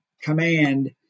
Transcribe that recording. command